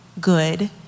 good